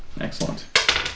Excellent